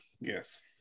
yes